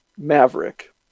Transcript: Maverick